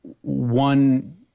one